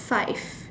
five